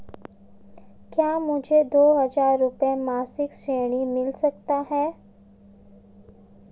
क्या मुझे दो हज़ार रुपये मासिक ऋण मिल सकता है?